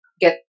get